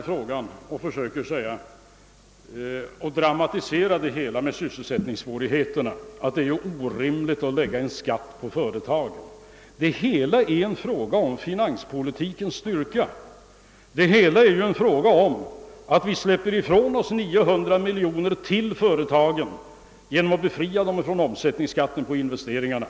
Man försöker också dramatisera det hela med att framhålla sysselsättningssvårigheterna, och man säger att det därför är orimligt att lägga en skatt på företagen. Ja, detta är en fråga om finanspolitikens styrka, det är en fråga om att vi släpper ifrån oss 900 miljoner kronor till företagen genom att befria dem från omsättningsskatt på investeringarna.